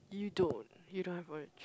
you don't you don't have much